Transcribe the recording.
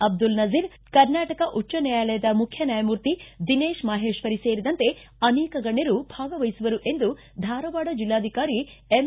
ಅಬ್ದುಲ್ ನಜೀರ್ ಕರ್ನಾಟಕ ಉಚ್ಛ ನ್ಯಾಯಾಲಯದ ಮುಖ್ಯ ನ್ಯಾಯಮೂರ್ತಿ ದಿನೇಶ್ ಮಾಹೇಶ್ವರಿ ಸೇರಿದಂತೆ ಅನೇಕ ಗಣ್ಣರು ಭಾಗವಹಿಸುವರು ಎಂದು ಧಾರವಾಡ ಜಿಲ್ಲಾಧಿಕಾರಿ ಎಂ